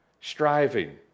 striving